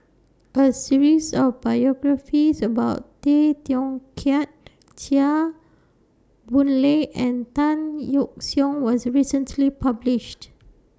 A series of biographies about Tay Teow Kiat Chua Boon Lay and Tan Yeok Seong was recently published